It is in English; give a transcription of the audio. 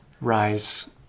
rise